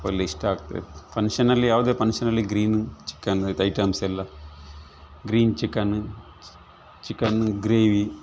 full ಇಷ್ಟ ಆಗ್ತದೆ ಫನ್ಷನಲ್ಲಿ ಯಾವುದೇ ಫನ್ಷನಲ್ಲಿ ಗ್ರೀನು ಚಿಕನದು ಐಟಮ್ಸ್ ಎಲ್ಲ ಗ್ರೀನ್ ಚಿಕನ್ ಚಿಕನ್ ಗ್ರೇವಿ